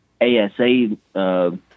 ASA